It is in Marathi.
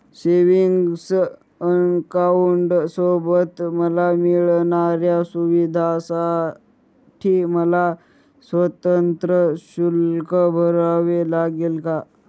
सेविंग्स अकाउंटसोबत मला मिळणाऱ्या सुविधांसाठी मला स्वतंत्र शुल्क भरावे लागेल का?